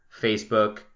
Facebook